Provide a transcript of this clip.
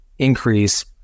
increase